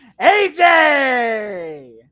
AJ